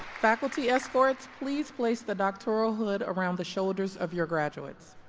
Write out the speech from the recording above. faculty escorts please place the doctoral hood around the shoulders of your graduates.